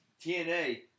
TNA